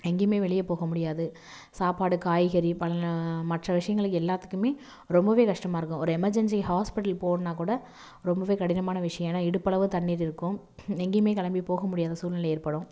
எங்கையுமே வெளியே போக முடியாது சாப்பாடு காய்கறி மற்ற விஷயங்கள் எல்லாத்துக்குமே ரொம்பவே கஷ்டமாக இருக்கும் ஒரு எமர்ஜென்சிக்கு ஹாஸ்பிட்டல் போகணுன்னா கூட ரொம்பவே கடினமான விஷியம் ஏன்னா இடுப்பளவு தண்ணீர் இருக்கும் எங்கையுமே கிளம்பி போக முடியாத சூழ்நிலை ஏற்படும்